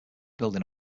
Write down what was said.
building